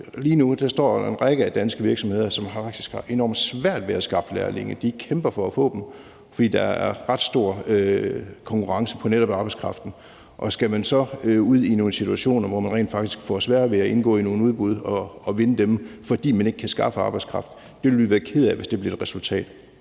Lige nu står en række danske virksomheder med det problem, at de har enormt svært ved at skaffe lærlinge. De kæmper for at få dem, fordi der er ret stor konkurrence om netop arbejdskraften, og hvis man så skal ud i nogle situationer, hvor man rent faktisk får sværere ved at indgå i nogle udbud og vinde dem, fordi man ikke kan skaffe arbejdskraft, ville vi være ked af det, altså hvis det blev resultatet.